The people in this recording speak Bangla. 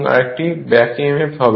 আর এটি ব্যাক emf হবে